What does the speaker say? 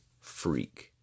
freak